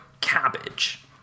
cabbage